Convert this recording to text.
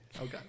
Okay